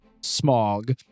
smog